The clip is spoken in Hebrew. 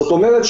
זאת אומרת,